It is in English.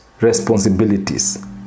responsibilities